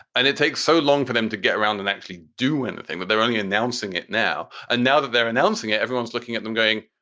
and it takes so long for them to get around and actually do anything that they're only announcing it now. and now that they're announcing it, everyone's looking at them going,